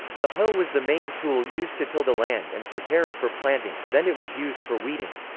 the hoe was the main tool used to till the land and prepare it for planting then it was used for weeding.